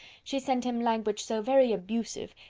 she sent him language so very abusive,